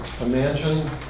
imagine